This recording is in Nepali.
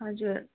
हजुर